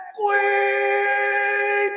queen